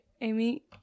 amy